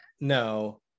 No